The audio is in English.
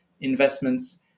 investments